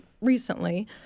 recently